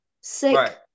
sick